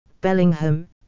Bellingham